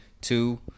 Two